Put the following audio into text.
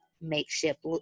makeshift